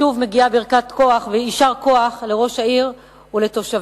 שוב מגיעה ברכת יישר כוח לראש העיר ולתושביה.